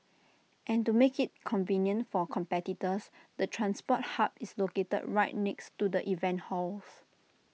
and to make IT convenient for competitors the transport hub is located right next to the event halls